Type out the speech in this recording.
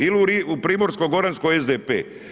Ili u Primorskoj-goranskoj SDP.